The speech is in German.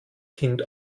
kind